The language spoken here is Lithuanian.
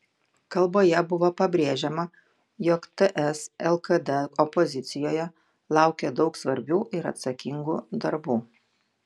kalboje buvo pabrėžiama jog ts lkd opozicijoje laukia daug svarbių ir atsakingų darbų